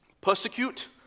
persecute